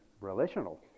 relational